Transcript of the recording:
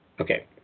Okay